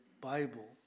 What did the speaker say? Bible